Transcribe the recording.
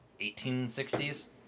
1860s